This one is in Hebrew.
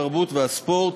התרבות והספורט: